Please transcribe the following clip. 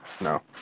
No